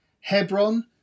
Hebron